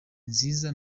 nziza